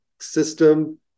system